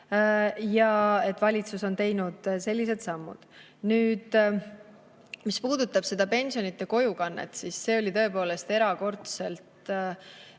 ja et valitsus on teinud sellised sammud. Nüüd, mis puudutab pensionide kojukannet, siis see oli tõepoolest erakordselt